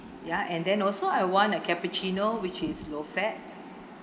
ya and then also I want a cappuccino which is low fat